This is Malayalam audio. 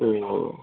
ഓ